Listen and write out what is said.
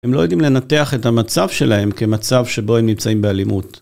הם לא יודעים לנתח את המצב שלהם כמצב שבו הם נמצאים באלימות.